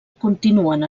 continuen